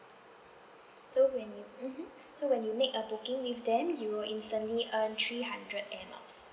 so when you mmhmm so when you make a booking with them you will instantly earn three hundred air miles